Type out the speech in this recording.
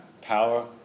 Power